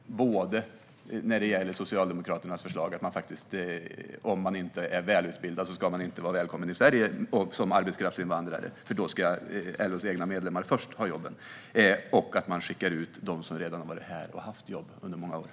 Det gäller dels Socialdemokraternas förslag om att man inte är välkommen till Sverige som arbetskraftsinvandrare om man inte är välutbildad, för LO:s medlemmar ska först få jobb, dels att de som har varit här under många år skickas ut trots att de har haft jobb.